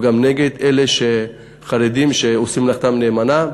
וגם נגד חרדים שעושים מלאכתם נאמנה.